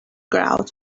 grout